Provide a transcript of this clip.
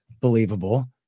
believable